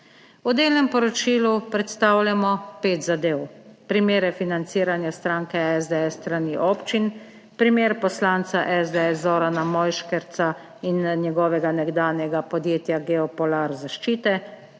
V delnem poročilu predstavljamo pet zadev. Primere financiranja stranke SDS s strani občin, primer poslanca SDS Zorana Mojškerca in njegovega nekdanjega podjetja Geopolar zaščite,